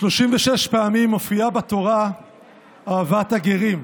פעמים מופיעה בתורה אהבת הגרים,